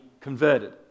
converted